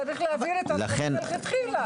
צריך להבהיר את זה מלכתחילה.